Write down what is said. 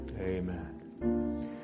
Amen